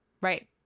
Right